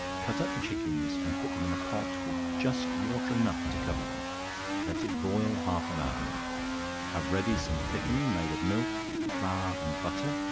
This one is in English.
cut up the chickens, and put them in a pot with just water enough to cover them let it boil half an hour have ready some thickening made of milk, flour, and butter,